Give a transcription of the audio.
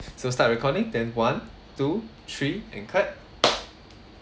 so start recording then one two three and clap